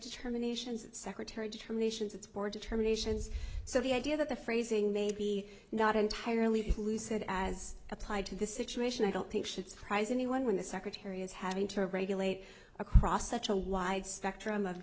determinations secretary determinations it's board determinations so the idea that the phrasing may be not entirely lucid as applied to the situation i don't think should surprise anyone when the secretary is having to regulate across such a wide spectrum of